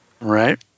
Right